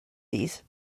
these